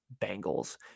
Bengals